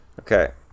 Okay